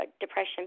depression